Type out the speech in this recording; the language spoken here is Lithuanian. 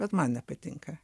bet man nepatinka